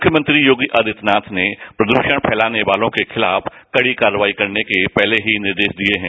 मुख्यमंत्री योगी आदित्यनाथ ने प्रदूषण फैलाने वाले लोगों के खिलाफ कड़ी कार्यवाही करने के पहले ही निर्देश दे दिए हैं